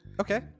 Okay